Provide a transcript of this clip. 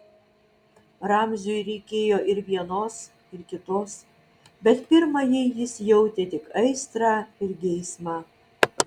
ramziui reikėjo ir vienos ir kitos bet pirmajai jis jautė tik aistrą ir geismą